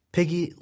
Piggy